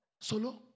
Solo